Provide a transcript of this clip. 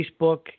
Facebook